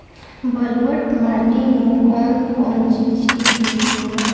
ब्लुअट माटी में कौन कौनचीज के खेती होला?